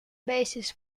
basis